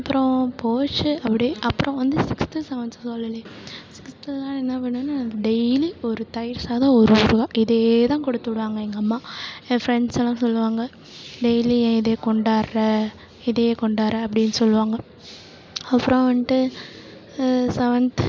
அப்பறம் போச்சு அப்படி அப்புறம் வந்து சிக்ஸ்த்து செவன்த் சொல்லலையே சிக்ஸ்த்துலலாம் என்ன பண்ணன்னால் டெய்லி ஒரு தயிர் சாதம் ஒரு ஊறுகாய் இதேதான் கொடுத்து விடுவாங்க எங்கள் அம்மா என் ஃப்ரெண்ட்ஸ் எல்லாம் சொல்லுவாங்க டெய்லி ஏன் இதையே கொண்டாறே இதையே கொண்டாறே அப்படின்னு சொல்வாங்க அப்புறம் வந்துட்டு செவன்த்து